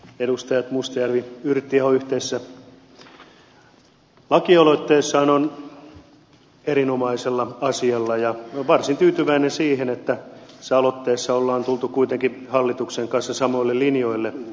edustajat mustajärvi ja yrttiaho yhteisessä lakialoitteessaan ovat erinomaisella asialla ja minä olen varsin tyytyväinen siihen että tässä aloitteessa on tultu kuitenkin hallituksen kanssa samoille linjoille